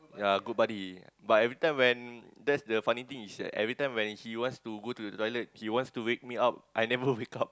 ya good buddy but every time when that's the funny thing is that every time he wants to go to the toilet he wants to wake my up I never wake up